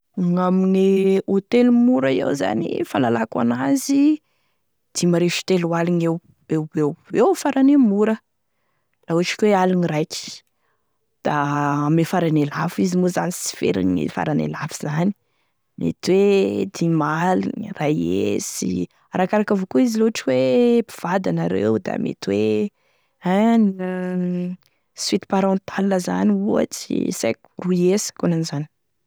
Gn'amigne hotely mora eo zany fahalalako an'azy, dimy harivo sy telo aligny eo, eo eoeo eo farane mora la ohatry ka aligny raiky, da ame farane lafo izy moa sy ferane e lafo zany mety hoe dimy aligny, ray hesy arakaraky avao koa izy la hoe mpivady anareo da mety hoe any e suite parentale zany ohatry sy aiko roa hesy akonan'izany.